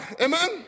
Amen